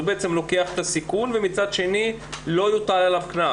הוא בעצם לוקח את הסיכון ומצד שני לא יוטל עליו קנס.